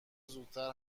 زودتر